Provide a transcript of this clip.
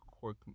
Cork